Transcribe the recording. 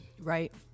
Right